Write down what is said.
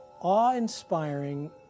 awe-inspiring